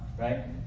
right